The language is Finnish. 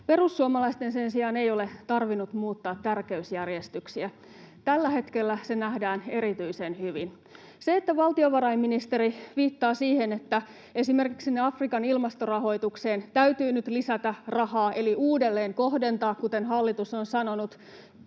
Perussuomalaisten sen sijaan ei ole tarvinnut muuttaa tärkeysjärjestyksiä — tällä hetkellä se nähdään erityisen hyvin. Se, että valtiovarainministeri viittaa siihen, että esimerkiksi sinne Afrikan ilmastorahoitukseen täytyy nyt lisätä rahaa eli uudelleenkohdentaa, kuten hallitus on sanonut,